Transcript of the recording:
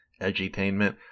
edutainment